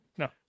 No